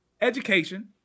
education